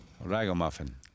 Ragamuffin